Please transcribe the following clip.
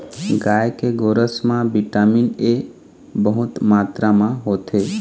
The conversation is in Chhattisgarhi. गाय के गोरस म बिटामिन ए बहुत मातरा म होथे